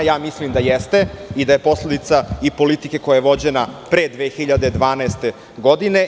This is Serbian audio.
Lično mislim da jeste, i da je posledica politike koja je vođena pre 2012. godine.